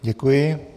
Děkuji.